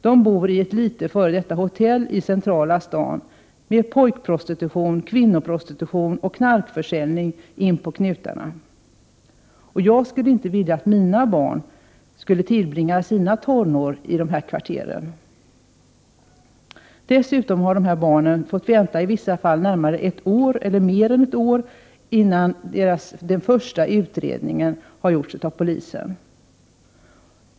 De bor i ett litet f.d. hotell i centrala stan med pojkprostitution, kvinnoprostitution och knarkförsäljning inpå knutarna. Jag skulle inte vilja att mina barn skulle tillbringa sina tonår i de kvarteren. Dessutom har de här barnen i vissa fall fått vänta närmare ett år — eller mer än ett år — innan den första utredningen gjorts av polisen.